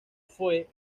fue